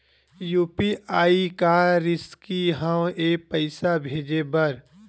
UPI का रिसकी हंव ए पईसा भेजे बर?